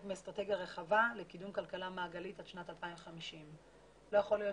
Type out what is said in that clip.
מאסטרטגיה רחבה לקידום כלכלה מעגלית עד שנת 2050. לא יכול להיות